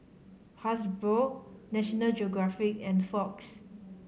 Hasbro National Geographic and Fox